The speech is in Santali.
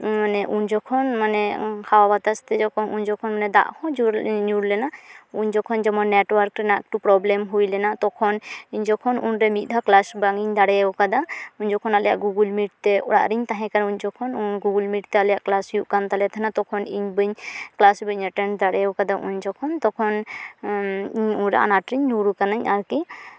ᱢᱟᱱᱮ ᱩᱱ ᱡᱚᱠᱷᱚᱱ ᱢᱟᱱᱮ ᱦᱟᱣᱟ ᱵᱟᱛᱟᱥᱛᱮ ᱡᱚᱠᱷᱚᱱ ᱩᱱ ᱡᱚᱠᱷᱚᱱ ᱢᱟᱱᱮ ᱫᱟᱜᱦᱚᱸ ᱧᱩᱨ ᱧᱩᱨᱞᱮᱱᱟ ᱩᱱ ᱡᱚᱠᱷᱚᱱ ᱡᱮᱢᱚᱱ ᱱᱮᱴᱳᱣᱟᱨᱠ ᱨᱮᱱᱟᱜ ᱮᱠᱴᱩ ᱯᱨᱚᱵᱽᱞᱮᱢ ᱦᱩᱭᱞᱮᱱᱟ ᱛᱚᱠᱷᱚᱱ ᱡᱚᱠᱷᱚᱱ ᱩᱱᱨᱮ ᱢᱤᱫ ᱫᱷᱟᱣ ᱠᱞᱟᱥ ᱵᱟᱝᱤᱧ ᱫᱟᱲᱮᱣᱟᱠᱟᱫᱟ ᱩᱱ ᱡᱚᱠᱷᱚ ᱟᱞᱮᱭᱟᱜ ᱜᱩᱜᱩᱞ ᱢᱤᱴ ᱛᱮ ᱚᱲᱟᱜᱨᱮᱧ ᱛᱟᱦᱮᱸ ᱠᱟᱱᱟ ᱩᱱ ᱡᱚᱠᱷᱚᱱ ᱜᱩᱜᱩᱞ ᱢᱤᱴ ᱛᱮ ᱟᱞᱮᱭᱟᱜ ᱠᱞᱟᱥ ᱦᱩᱭᱩᱜᱠᱟᱱ ᱛᱟᱞᱮᱛᱮᱦᱮᱱᱟ ᱛᱚᱠᱷᱚᱱ ᱤᱧ ᱵᱟᱹᱧ ᱠᱞᱟᱥ ᱵᱟᱹᱧ ᱮᱴᱮᱱ ᱫᱟᱲᱮᱣᱠᱟᱫᱟ ᱩᱱ ᱡᱚᱠᱷᱚᱱ ᱛᱚᱠᱷᱚᱱ ᱟᱱᱟᱴᱨᱮᱧ ᱧᱩᱨ ᱟᱠᱟᱱᱟ ᱟᱨᱠᱤ